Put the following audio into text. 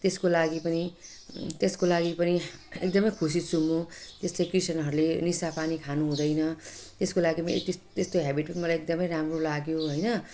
त्यसको लागि पनि त्यसको लागि पनि एकदमै खुसी छु म जस्तो क्रिस्चियनहरले निसापानी खानु हुँदैन त्यसको लागि पनि त्यस् त्यस्तो ह्याबिट पनि मलाई एकदमै राम्रो लाग्यो हैन